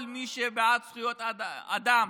כל מי שבעד זכויות אדם